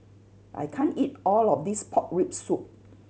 I can't eat all of this pork rib soup